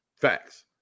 facts